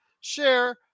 share